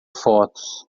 fotos